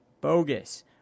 bogus